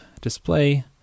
display